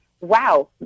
wow